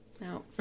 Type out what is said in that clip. No